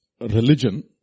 religion